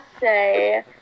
say